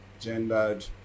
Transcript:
gendered